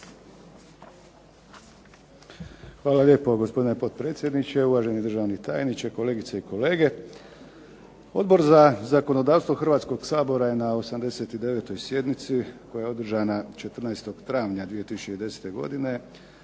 Hvala lijepo gospodine potpredsjedniče. Uvaženi državni tajniče, kolegice i kolege. Odbor za zakonodavstvo Hrvatskog sabora je na 89. sjednici koja je održana 14. travnja 2010. godine